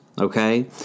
okay